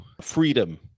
freedom